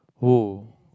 who